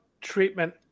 treatment